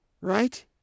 right